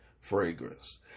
fragrance